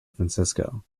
francisco